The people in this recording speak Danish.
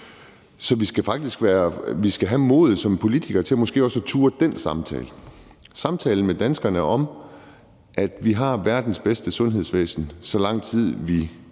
politikere have modet til måske også at turde den samtale – samtalen med danskerne om, at vi har verdens bedste sundhedsvæsen, så længe vi